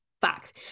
Fact